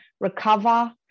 recover